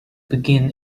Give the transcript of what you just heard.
begin